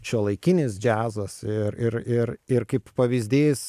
šiuolaikinis džiazas ir ir ir ir kaip pavyzdys